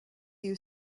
you